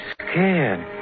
scared